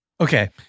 Okay